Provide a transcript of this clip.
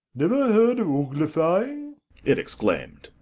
never heard of uglifying it exclaimed.